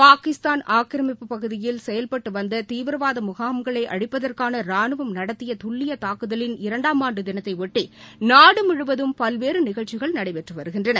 பாகிஸ்தான் ஆக்கிரமிப்புப் பகுதியில் செயல்பட்டு வந்த தீவிரவாத முகாம்களை அழிப்பதற்காக ராணுவம் நடத்திய துல்லிய தாக்குதலின் இரண்டாம் ஆண்டு தினத்தைபொட்டி நாடு முழுவதும் பல்வேறு நிகழ்ச்சிகள் நடைபெற்று வருகின்றன